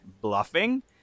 bluffing